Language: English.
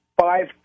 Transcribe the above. five